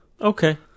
Okay